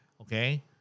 Okay